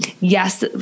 Yes